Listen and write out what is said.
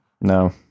No